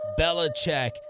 Belichick